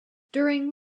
during